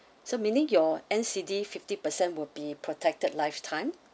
so meaning your N_C_D fifty percent will be protected life time